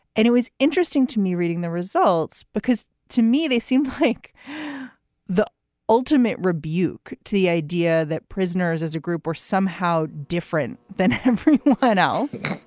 and it was interesting to me reading the results, because to me, they seemed like the ultimate rebuke to the idea that prisoners as a group were somehow different than everyone else.